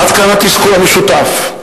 עד כאן התסכול המשותף.